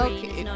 Okay